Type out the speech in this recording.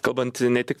kalbant ne tik